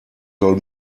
soll